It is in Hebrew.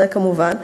כמובן.